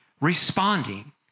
responding